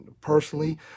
personally